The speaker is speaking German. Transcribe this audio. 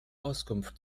auskunft